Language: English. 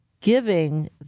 giving